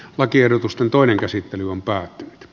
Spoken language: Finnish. lakiehdotusten toinen käsittely on päät